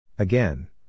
Again